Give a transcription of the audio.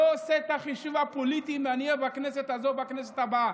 לא עושה את החישוב הפוליטי אם אני אהיה בכנסת הזו או בכנסת הבאה.